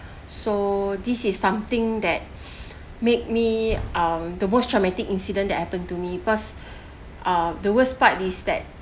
so this is something that make me um the most traumatic incident that happen to me cause uh the worst part is that